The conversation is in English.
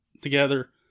together